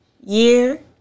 Year